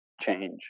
change